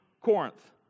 Corinth